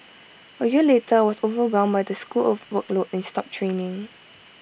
A year later I was overwhelmed by the school workload and stopped training